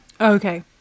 Okay